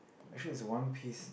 actually is a one piece